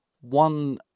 one